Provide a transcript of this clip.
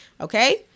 Okay